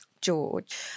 George